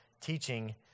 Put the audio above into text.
teaching